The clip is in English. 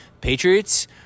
Patriots